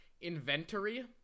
Inventory